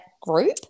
group